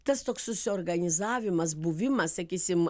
tas toks susiorganizavimas buvimas sakysim